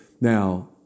Now